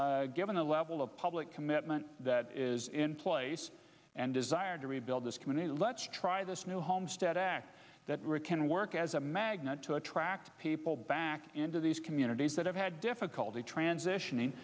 given the level of public commitment that is in place and desire to rebuild this community let's try this new homestead act that we can work as a magnet to attract people back into these communities that have had difficulty transitioning